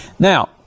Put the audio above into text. Now